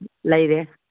ꯂꯩꯔꯦ